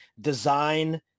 design